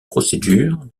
procédure